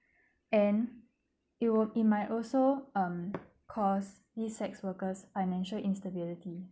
and it would it might also um cause these sex worker's financial instability